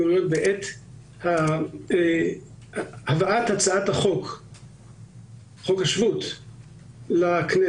גוריון בעת הבאת הצעת חוק השבות לכנסת: